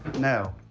no.